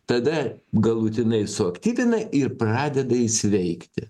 tada galutinai suaktyvina ir pradeda sveikti